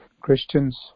Christians